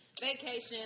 vacation